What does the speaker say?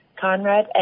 Conrad